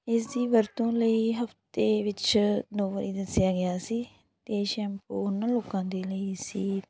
ਇਸ ਦੀ ਵਰਤੋਂ ਲਈ ਹਫ਼ਤੇ ਵਿੱਚ ਦੋ ਵਾਰ ਦੱਸਿਆ ਗਿਆ ਸੀ ਅਤੇ ਸ਼ੈਂਪੂ ਉਹਨਾਂ ਲੋਕਾਂ ਦੇ ਲਈ ਸੀ